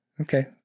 Okay